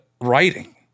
writing